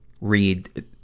read